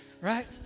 right